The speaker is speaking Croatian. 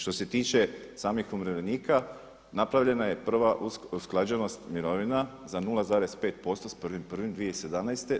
Što se tiče samih umirovljenika napravljena je prva usklađenost mirovina za 0,5% s 1.1.2017.